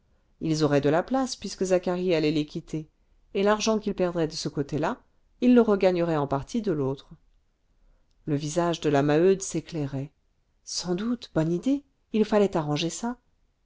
ils auraient de la place puisque zacharie allait les quitter et l'argent qu'ils perdraient de ce côté-là ils le regagneraient en partie de l'autre le visage de la maheude s'éclairait sans doute bonne idée il fallait arranger ça